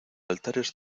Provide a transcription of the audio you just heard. altares